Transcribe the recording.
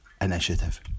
initiative